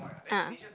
ah